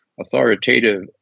authoritative